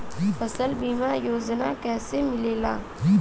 फसल बीमा योजना कैसे मिलेला?